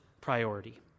priority